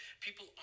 people